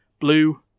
blue